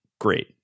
Great